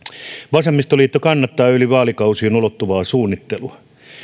vasemmistoliitto kannattaa yli vaalikausien ulottuvaa suunnittelua